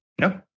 no